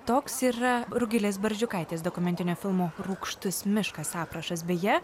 toks yra rugilės barzdžiukaitės dokumentinio filmo rūgštus miškas aprašas beje